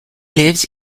lives